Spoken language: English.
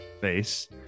face